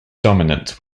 dominance